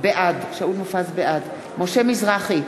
בעד משה מזרחי,